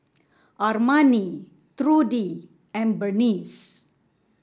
Armani Trudi and Berneice